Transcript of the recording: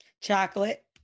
chocolate